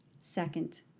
Second